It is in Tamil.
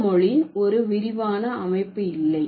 இந்த மொழி ஒரு விரிவான அமைப்பு இல்லை